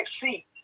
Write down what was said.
seat